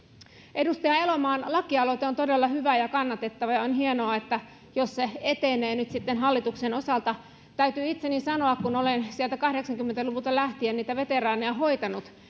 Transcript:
edustaja elomaan lakialoite on todella hyvä ja kannatettava ja on hienoa jos se etenee nyt hallituksen osalta täytyy itseni sanoa kun olen kahdeksankymmentä luvulta lähtien veteraaneja hoitanut